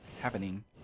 Happening